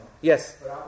yes